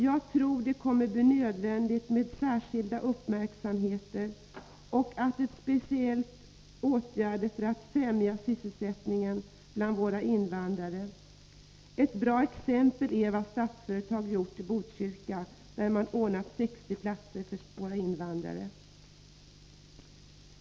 Jag tror att det kommer att bli nödvändigt med särskild uppmärksamhet och speciella åtgärder för att främja sysselsättningen bland våra invandrare. Ett bra exempel är vad Statsföretag gjort i Botkyrka, där det ordnat 60 platser för våra invandrare.